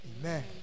Amen